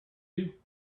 you